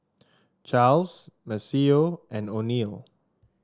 Charles Maceo and Oneal